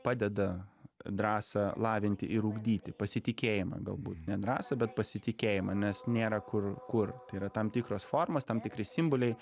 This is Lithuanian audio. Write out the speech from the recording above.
padeda drąsą lavinti ir ugdyti pasitikėjimą galbūt ne drąsą bet pasitikėjimą nes nėra kur kur tai yra tam tikros formos tam tikri simboliai